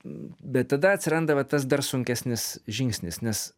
bet tada atsiranda va tas dar sunkesnis žingsnis nes